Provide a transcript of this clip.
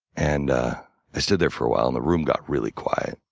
and ah i stood there for awhile and the room got really quiet.